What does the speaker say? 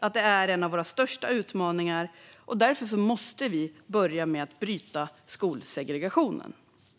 Detta är en av våra största utmaningar, och därför måste vi börja med att bryta skolsegregationen.